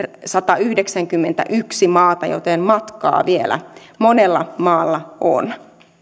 satayhdeksänkymmentäyksi maata joten matkaa vielä monella maalla on